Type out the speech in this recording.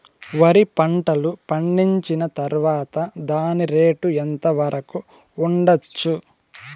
వరి పంటలు పండించిన తర్వాత దాని రేటు ఎంత వరకు ఉండచ్చు